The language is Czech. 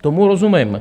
Tomu rozumím.